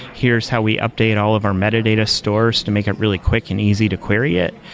here's how we update all of our metadata stores to make it really quick and easy to query it,